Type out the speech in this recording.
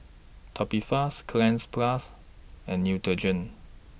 Tubifast Cleanz Plus and Neutrogena